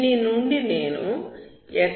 దీని నుండి నేను x